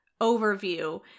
overview